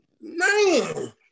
Man